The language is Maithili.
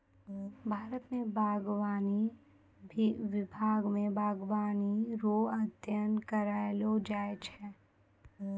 भारत मे बागवानी विभाग मे बागवानी रो अध्ययन करैलो जाय छै